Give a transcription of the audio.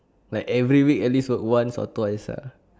like every week at least work once or twice ah